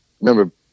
remember